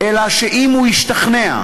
אלא אם הוא השתכנע,